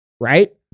Right